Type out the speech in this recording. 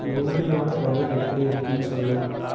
பூரியோட weather எப்படி இருக்குன்னு சொல்